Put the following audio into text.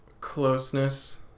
closeness